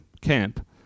camp